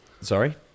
Sorry